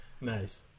Nice